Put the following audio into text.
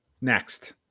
next